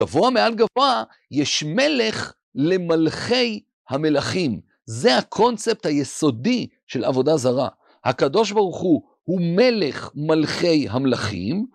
גבוה מעל גבוה יש מלך למלכי המלכים. זה הקונספט היסודי של עבודה זרה. הקדוש ברוך הוא מלך מלכי המלכים.